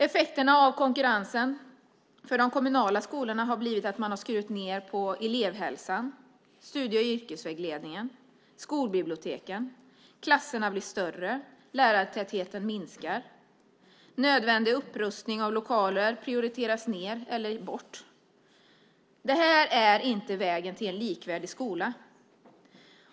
Effekterna av konkurrensen för de kommunala skolorna har blivit att man har skurit ned på elevhälsan, studie och yrkesvägledningen och skolbiblioteken. Klasserna blir större och lärartätheten minskar. Nödvändig upprustning av lokaler prioriteras ned eller bort. Det här är inte vägen till en likvärdig skola.